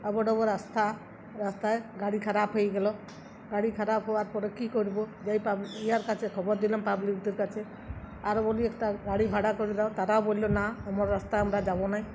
আবো ডবো রাস্তা রাস্তায় গাড়ি খারাপ হয়ে গেলো গাড়ি খারাপ হওয়ার পরে কী করবো যোইাব ইয়ার কাছে খবর দিলাম পাবলিকদের কাছে আরও বলি একটা গাড়ি ভাড়া করে দাও তারাও বললো না আমার রাস্তা আমরা যাবো নাই